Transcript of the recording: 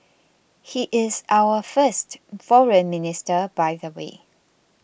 he is our first Foreign Minister by the way